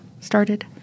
started